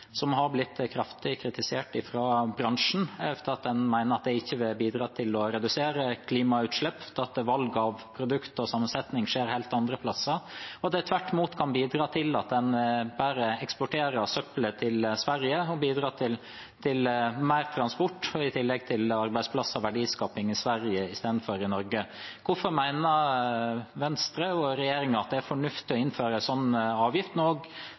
som har blitt kraftig kritisert fra bransjen fordi man mener at det ikke vil bidra til å redusere klimautslipp, at valg av produkter og sammensetning skjer helt andre steder, og at det tvert imot kan bidra til at en bare eksporterer søppelet til Sverige og bidrar til mer transport, i tillegg til arbeidsplasser og verdiskaping i Sverige i stedet for i Norge. Hvorfor mener Venstre og regjeringen at det er fornuftig å innføre en slik avgift,